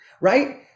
right